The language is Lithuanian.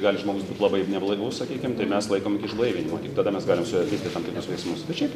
gali žmogus būt labai neblaivus sakykim tai mes laikom iki išblaivinimo tik tada mes galim atlikti tam tikrus veiksmus bet šiaip